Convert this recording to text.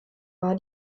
war